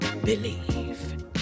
believe